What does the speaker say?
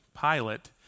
Pilate